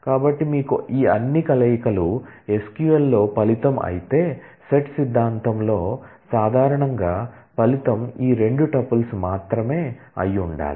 కాబట్టి మీకు ఈ అన్ని కలయికలు SQL లో ఫలితం అయితే సెట్ సిద్ధాంతంలో సాధారణంగా ఫలితం ఈ 2 టుపుల్స్ మాత్రమే అయి ఉండాలి